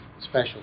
special